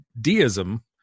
deism